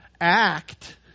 act